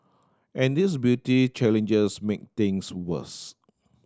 and these beauty challenges make things worse